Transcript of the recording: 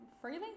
freely